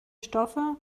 stoffe